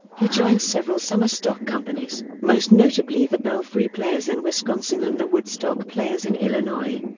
he joined several summer stock companies, most notably the belfry players in wisconsin and the woodstock players in illinois.